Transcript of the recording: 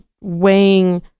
weighing